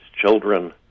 Children